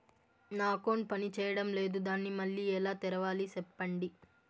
నా అకౌంట్ పనిచేయడం లేదు, దాన్ని మళ్ళీ ఎలా తెరవాలి? సెప్పండి